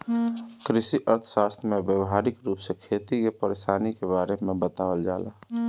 कृषि अर्थशास्त्र में व्यावहारिक रूप से खेती के परेशानी के बारे में बतावल जाला